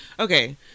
Okay